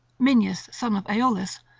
minyas son of aeolus,